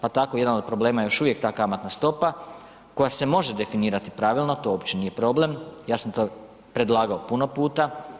Pa tako jedan od problema je još uvijek ta kamatna stopa koja se može definirati pravilno, to uopće nije problem ja sam predlagao puno puta.